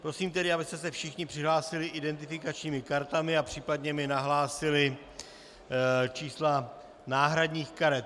Prosím tedy, abyste se všichni přihlásili identifikačními kartami a případně mi nahlásili čísla náhradních karet.